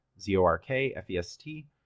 Z-O-R-K-F-E-S-T